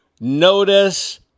Notice